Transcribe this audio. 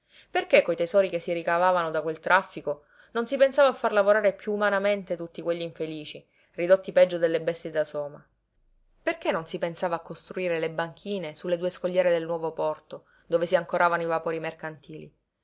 perché coi tesori che si ricavavano da quel traffico non si pensava a far lavorare piú umanamente tutti quegli infelici ridotti peggio delle bestie da soma perché non si pensava a costruire le banchine su le due scogliere del nuovo porto dove si ancoravano i vapori mercantili